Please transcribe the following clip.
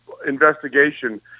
investigation